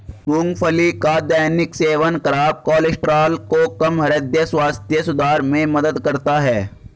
मूंगफली का दैनिक सेवन खराब कोलेस्ट्रॉल को कम, हृदय स्वास्थ्य सुधार में मदद करता है